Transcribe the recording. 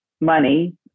money